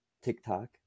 TikTok